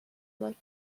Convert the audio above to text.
like